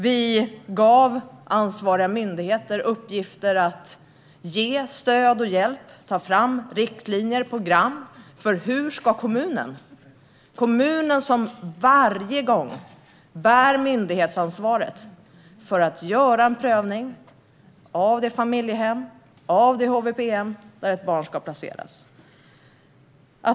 Vi gav ansvariga myndigheter i uppgift att ge stöd och hjälp och ta fram riktlinjer och program för kommunen, som varje gång bär myndighetsansvaret för att göra en prövning av det familjehem eller HVB-hem där ett barn ska placeras.